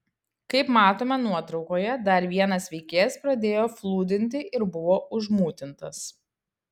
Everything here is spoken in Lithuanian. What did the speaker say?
kaip matome nuotraukoje dar vienas veikėjas pradėjo flūdinti ir buvo užmutintas